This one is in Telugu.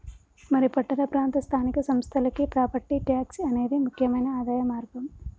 మరి పట్టణ ప్రాంత స్థానిక సంస్థలకి ప్రాపట్టి ట్యాక్స్ అనేది ముక్యమైన ఆదాయ మార్గం